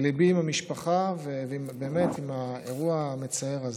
ליבי עם המשפחה באירוע המצער הזה.